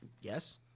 Yes